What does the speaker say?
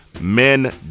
men